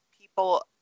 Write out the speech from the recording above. people